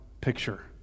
picture